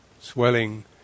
Swelling